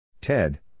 Ted